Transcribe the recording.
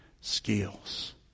skills